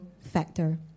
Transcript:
factor